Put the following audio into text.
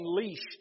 unleashed